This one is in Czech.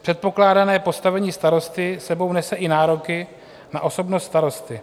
Předpokládané postavení starosty s sebou nese i nároky na osobnost starosty.